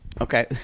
Okay